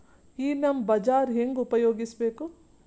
ಈ ನಮ್ ಬಜಾರ ಹೆಂಗ ಉಪಯೋಗಿಸಬೇಕು?